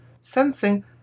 Sensing